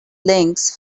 links